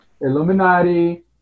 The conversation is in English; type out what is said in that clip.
Illuminati